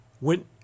went